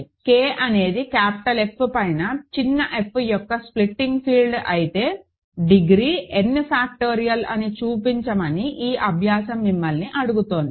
K అనేది capital F పైన చిన్న f యొక్క స్ప్లిటింగ్ ఫీల్డ్ అయితే డిగ్రీn ఫ్యాక్టోరియల్ అని చూపించమని ఈ అభ్యాసం మిమ్మల్ని అడుగుతోంది